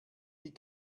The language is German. die